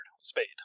spade